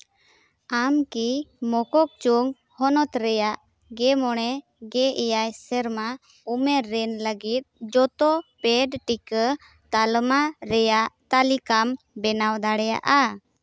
ᱟᱢ ᱠᱤ ᱢᱳᱠᱳᱠᱪᱚᱝ ᱦᱚᱱᱚᱛ ᱨᱮᱭᱟᱜ ᱜᱮ ᱢᱚᱬᱮ ᱜᱮ ᱮᱭᱟᱭ ᱥᱮᱨᱢᱟ ᱩᱢᱮᱨ ᱨᱮᱱ ᱞᱟᱹᱜᱤᱫ ᱡᱚᱛᱚ ᱯᱮᱰ ᱴᱤᱠᱟᱹ ᱛᱟᱞᱢᱟ ᱨᱮᱭᱟᱜ ᱛᱟᱞᱤᱠᱟᱢ ᱵᱮᱱᱟᱣ ᱫᱟᱲᱮᱭᱟᱜᱼᱟ